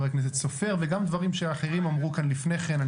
הכנסת סופר וגם לדברים שאחרים אמרו כאן לפני כן.